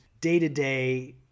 day-to-day